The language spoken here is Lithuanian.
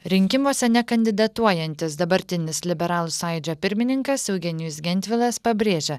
rinkimuose nekandidatuojantis dabartinis liberalų sąjūdžio pirmininkas eugenijus gentvilas pabrėžia